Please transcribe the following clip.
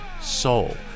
soul